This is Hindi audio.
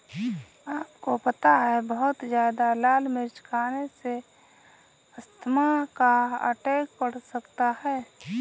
आपको पता है बहुत ज्यादा लाल मिर्च खाने से अस्थमा का अटैक पड़ सकता है?